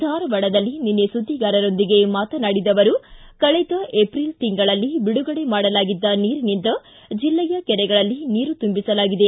ಧಾರವಾಡದಲ್ಲಿ ನಿನ್ನೆ ಸುದ್ವಿಗಾರರೊಂದಿಗೆ ಮಾತನಾಡಿದ ಅವರು ಕಳೆದ ಎಪ್ರೀಲ್ ತಿಂಗಳನಲ್ಲಿ ಬಿಡುಗಡೆ ಮಾಡಲಾಗಿದ್ದ ನೀರಿನಿಂದ ಜಿಲ್ಲೆಯ ಕೆರೆಗಳಲ್ಲಿ ನೀರು ತುಂಬಿಸಲಾಗಿದೆ